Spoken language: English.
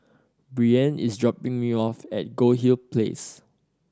Breann is dropping me off at Goldhill Place